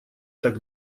так